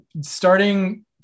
Starting